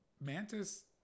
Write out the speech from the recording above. Mantis